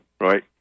right